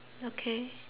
okay